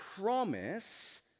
promise